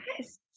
Yes